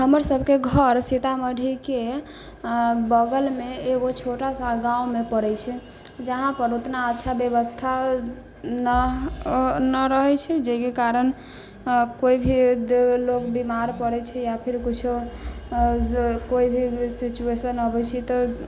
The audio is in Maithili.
हमर सबके घर सीतामढ़ी के बगल मे एगो छोटा सा गाँव मे परै छै जहाँ पर उतना अच्छा व्यवस्था ना ना रहै छै जाहिके कारण कोइ भी लोग बीमार परै छै या फिर किछो कोइ भी सिचूएशन अबै छै तऽ